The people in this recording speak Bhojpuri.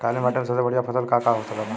काली माटी में सबसे बढ़िया फसल का का हो सकेला?